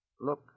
look